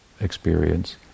experience